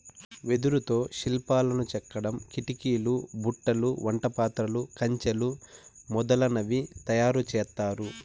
వెదురుతో శిల్పాలను చెక్కడం, కిటికీలు, బుట్టలు, వంట పాత్రలు, కంచెలు మొదలనవి తయారు చేత్తారు